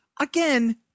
again